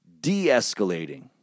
De-escalating